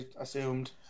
assumed